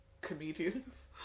comedians